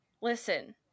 listen